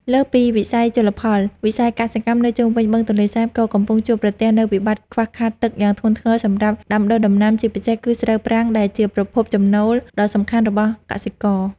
លើសពីវិស័យជលផល វិស័យកសិកម្មនៅជុំវិញបឹងទន្លេសាបក៏កំពុងជួបប្រទះនូវវិបត្តិខ្វះខាតទឹកយ៉ាងធ្ងន់ធ្ងរសម្រាប់ដាំដុះដំណាំ ជាពិសេសគឺស្រូវប្រាំងដែលជាប្រភពចំណូលដ៏សំខាន់របស់កសិករ។